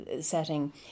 setting